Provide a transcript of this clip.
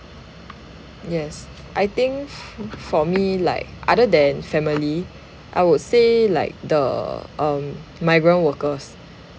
yes I think for me like other than family I would say like the um migrant workers